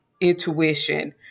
intuition